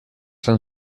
han